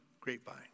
grapevine